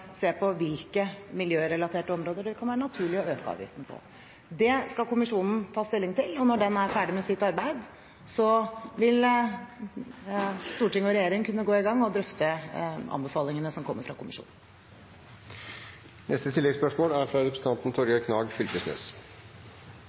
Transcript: se på hvilke miljørelaterte områder det kan være naturlig å øke avgiften på. Det skal kommisjonen ta stilling til, og når den er ferdig med sitt arbeid, vil storting og regjering kunne gå i gang med å drøfte anbefalingene som kommer fra kommisjonen.